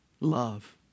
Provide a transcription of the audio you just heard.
love